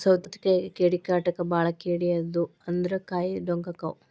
ಸೌತಿಕಾಯಿಗೆ ಕೇಡಿಕಾಟ ಬಾಳ ಕೇಡಿ ಆದು ಅಂದ್ರ ಕಾಯಿ ಡೊಂಕ ಅಕಾವ್